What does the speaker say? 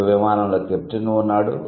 ఒక విమానంలో కెప్టెన్ ఉన్నాడు